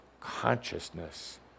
consciousness